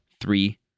three